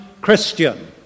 Christian